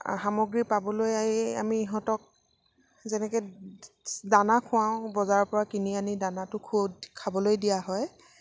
সামগ্ৰী পাবলৈ আহি আমি ইহঁতক যেনেকে দানা খোৱাওঁ বজাৰৰ পৰা কিনি আনি দানাটো খাবলৈ দিয়া হয়